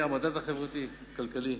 והמדד החברתי-הכלכלי,